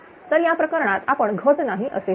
तर या प्रकरणात आपण घट नाही असे समजू या